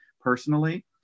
personally